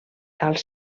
als